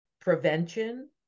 prevention